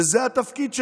שזה התפקיד שלו,